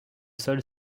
sol